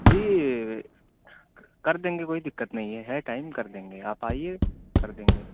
جی کر دیں گے کوئی دقت نہیں ہے ہے ٹائم کر دیں گے آپ آئیے کر دیں گے